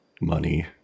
money